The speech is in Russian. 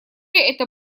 это